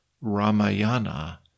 Ramayana